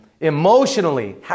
emotionally